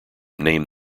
name